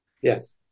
Yes